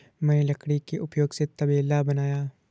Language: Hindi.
मैंने लकड़ी के उपयोग से तबेला बनाया